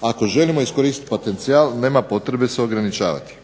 ako želimo iskoristiti potencijal nema potrebe se ograničavati.